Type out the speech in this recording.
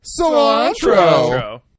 Cilantro